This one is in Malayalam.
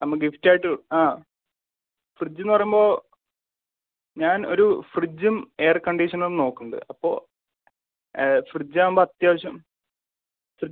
നമ്മൾ ഗിഫ്റ്റ് ആയിട്ട് ആ ഫ്രിഡ്ജെന്ന് പറയുമ്പോൾ ഞാൻ ഒരു ഫ്രിഡ്ജും എയർ കണ്ടീഷണറും നോക്കുന്നുണ്ട് അപ്പോൾ ഫ്രിഡ്ജ് ആവുമ്പോൾ അത്യാവശ്യം ഫ്രിഡ്ജ്